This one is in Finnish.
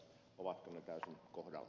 arvoisa herra puhemies